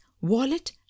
wallet